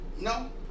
No